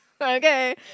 Okay